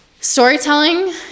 storytelling